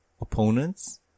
opponents